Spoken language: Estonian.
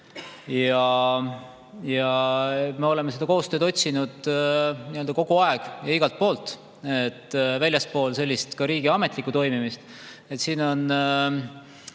Ja me oleme seda koostööd otsinud kogu aeg ja igalt poolt, ka väljastpoolt sellist riigi ametlikku toimimist. Siin on